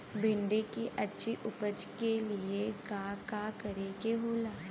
भिंडी की अच्छी उपज के लिए का का करे के होला?